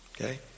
Okay